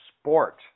sport